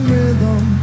Rhythm